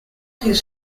his